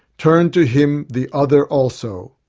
turn to him the other also.